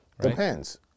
Depends